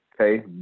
Okay